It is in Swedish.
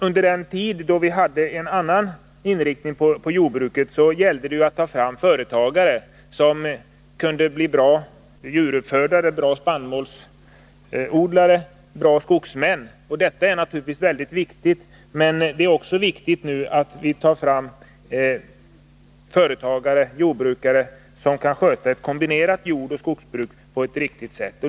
Under den tid då vi hade en annan inriktning på jordbruket gällde det att få fram företagare som kunde bli bra djuruppfödare, bra spannmålsodlare, bra skogsmän. Det är naturligtvis väldigt viktigt, men det är också viktigt att vi nu utbildar företagare — jordbrukare — som kan sköta ett kombinerat jordoch skogsbruk på ett riktigt sätt.